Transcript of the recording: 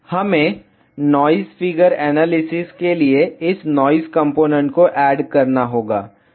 हमें noise figure analysis के लिए इस नॉइस कॉम्पोनेन्ट को ऐड करना होगा